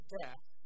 death